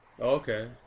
Okay